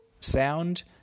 sound